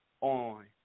on